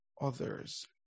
others